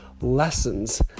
lessons